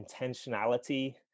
intentionality